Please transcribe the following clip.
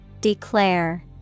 Declare